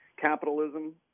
capitalism